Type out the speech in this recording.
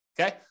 Okay